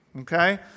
Okay